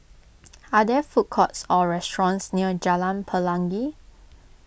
are there food courts or restaurants near Jalan Pelangi